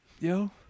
yo